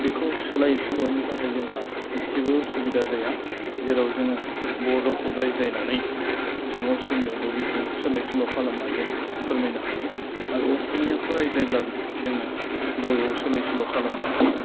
बेखौ सोलाय सोल'नि थाखाय जोंहा इसेबो सुबिदा जाया जेराव जोङो बर'खौ रायज्लायनानै जों असमियावबो बेखौ सोलाय सोल' खालामना जों फोरमायनो हायो आरो असमियाखौ रायज्लायब्लाबो जोनो बर'वाव सोलाय सोल' खालामनो हायो